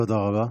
תודה רבה.